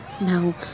No